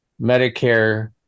Medicare